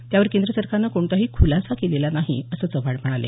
त्यावर केंद्र सरकारनं कोणताही खुलासा केलेला नाही असं चव्हाण म्हणाले